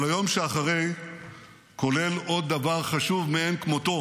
אבל היום שאחרי כולל עוד דבר חשוב מאין כמותו.